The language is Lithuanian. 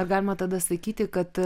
ar galima tada sakyti kad